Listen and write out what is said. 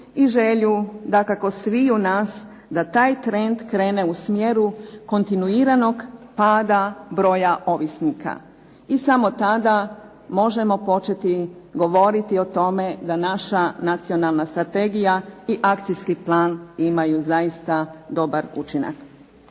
i želju dakako sviju nas da taj trend krene u smjeru kontinuiranog pada broja ovisnika i samo tada možemo početi govoriti o tome da naša Nacionalna strategija i akcijski plan imaju zaista dobar učinak.